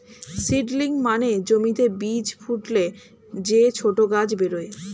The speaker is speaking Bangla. সিডলিং মানে জমিতে বীজ ফুটলে যে ছোট গাছ বেরোয়